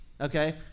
okay